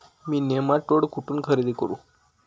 मी nematode कुठून खरेदी करू?